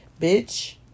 bitch